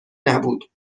نبود